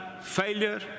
failure